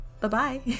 Bye-bye